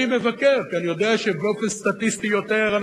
אבל אין משמעות,